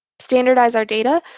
standardize our data.